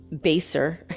baser